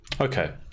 Okay